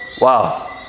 Wow